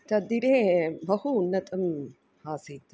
तद्दिने बहु उन्नतम् आसीत्